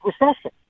Recession